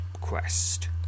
quest